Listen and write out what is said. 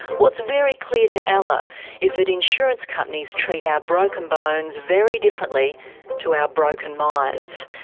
what's very clear to ella is that insurance companies treat our broken bones very differently to our broken minds,